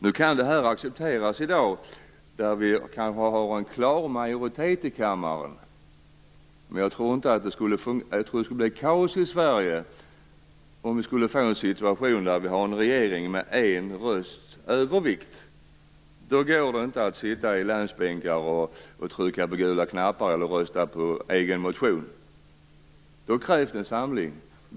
Nu kan det här accepteras i dag när vi har en klar majoritet i kammaren. Men jag tror att det skulle bli kaos i Sverige om vi skulle få en situation där regeringen har en rösts övervikt. Då går det inte att sitta i länsbänkar och trycka på gula knappar eller rösta på egen motion. Då krävs det en samling.